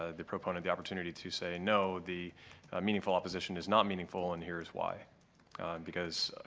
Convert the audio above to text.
ah the proponent the opportunity to say, no, the meaningful opposition is not meaningful and here's why because,